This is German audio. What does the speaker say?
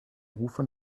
rufe